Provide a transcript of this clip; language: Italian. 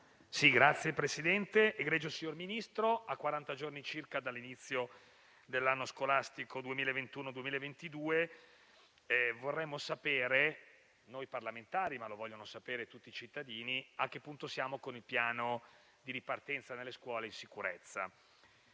Signor Presidente, egregio signor Ministro, a quaranta giorni circa dall'inizio dell'anno scolastico 2021-2022 vorremmo sapere, noi parlamentari, ma lo vogliono sapere tutti i cittadini, a che punto siamo con il piano di ripartenza nelle scuole in sicurezza,